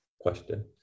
question